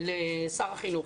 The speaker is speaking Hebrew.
לשר החינוך.